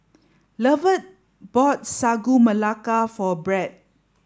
Lovett bought Sagu Melaka for Brad